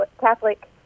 Catholic